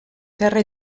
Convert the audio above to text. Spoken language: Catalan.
terra